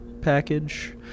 package